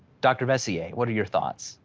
dr. veissiere, what are your thoughts?